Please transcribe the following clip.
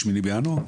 מהשמיני בינואר?